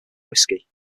whiskey